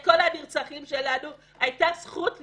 לכל הנרצחים שלנו הייתה זכות לחיים.